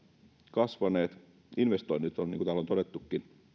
kasvaneet investoinnit niin kuin täällä on todettu